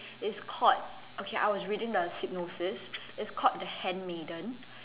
it's called okay I was reading the synopsis it's called the handmaiden